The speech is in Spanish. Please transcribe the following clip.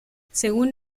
según